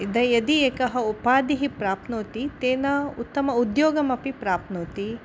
इति यदि एका उपाधिः प्राप्नोति तेन उत्तमम् उद्योगमपि प्राप्नोति